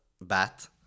bat